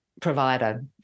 provider